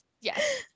Yes